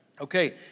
Okay